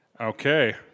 Okay